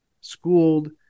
Schooled